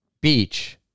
Beach